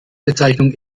bezeichnung